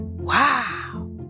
Wow